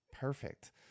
Perfect